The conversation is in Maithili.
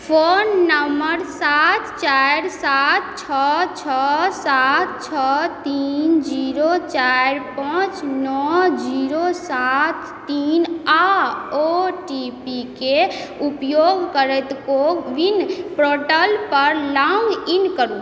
फोन नम्बर सात चारि सात छओ छओ सात छओ तीन जीरो चारि पाँच नओ जीरो सात तीन आओर ओ टी पी के उपयोग करैत कोविन पोर्टलपर लॉग इन करू